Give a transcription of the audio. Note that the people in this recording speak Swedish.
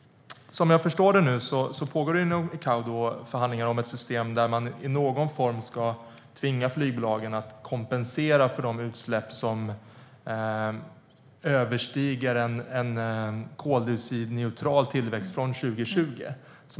Som jag förstår det nu pågår det inom ICAO förhandlingar om ett system där man i någon form ska tvinga flygbolagen att kompensera för de utsläpp som överstiger en koldioxidneutral tillväxt från 2020.